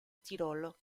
tirolo